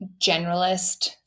generalist